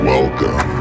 Welcome